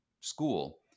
school